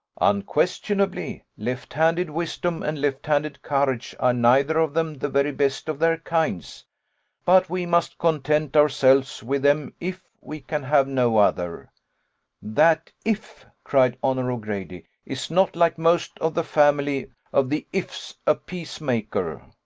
unquestionably, left-handed wisdom and left-handed courage are neither of them the very best of their kinds but we must content ourselves with them if we can have no other that if cried honour o'grady, is not, like most of the family of the ifs, a peace-maker.